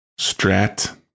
Strat